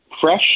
Fresh